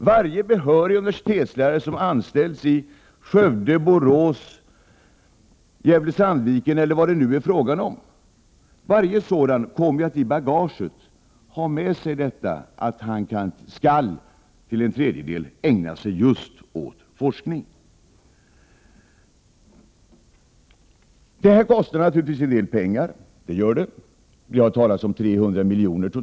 Varje behörig universitetslärare som anställs i Skövde, Borås, Gävle-Sandviken eller var det nu är fråga om, kommer att i bagaget ha med sig att han skall ägna en tredjedel av sin tjänstgöringstid åt just forskning. Det här kostar naturligtvis en del pengar. Det har talats om totalt 300 milj.kr.